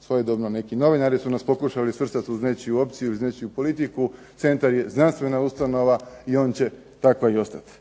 svojedobno i neki novinari su nas pokušali svrstati uz nečiju opciju, uz nečiju politiku. Centar je znanstvena ustanova i on će takva i ostati.